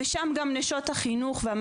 גם עבורו וגם עבור נשות החינוך והמחנכות.